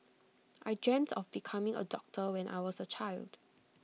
I dreamt of becoming A doctor when I was A child